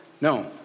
No